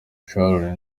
sharon